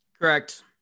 correct